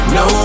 no